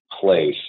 place